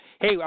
Hey